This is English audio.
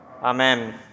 Amen